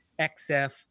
XF